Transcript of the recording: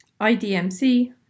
IDMC